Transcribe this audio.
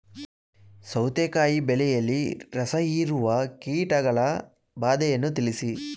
ಸೌತೆಕಾಯಿ ಬೆಳೆಯಲ್ಲಿ ರಸಹೀರುವ ಕೀಟಗಳ ಬಾಧೆಯನ್ನು ತಿಳಿಸಿ?